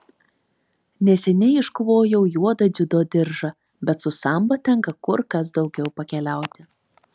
neseniai iškovojau juodą dziudo diržą bet su sambo tenka kur kas daugiau pakeliauti